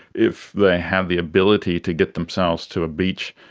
if they had the ability to get themselves to a beach,